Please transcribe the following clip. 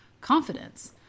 confidence